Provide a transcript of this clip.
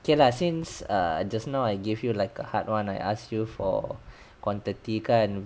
K lah since err just now I give you like a hard one I ask you for quantity kan